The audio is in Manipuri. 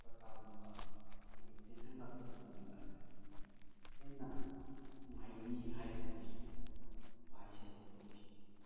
ꯇꯥꯇꯥꯒꯨꯝꯕ ꯃꯣꯏ ꯆꯦꯜꯍꯜꯂꯛꯄ ꯃꯇꯝꯗ ꯍꯦꯟꯅ ꯅꯨꯡꯉꯥꯏꯒꯅꯤ ꯍꯥꯏꯕꯒꯤ ꯋꯥꯍꯩꯁꯦ ꯊꯝꯖꯔꯤ